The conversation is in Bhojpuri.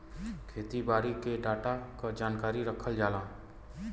खेती बारी के डाटा क जानकारी रखल जाला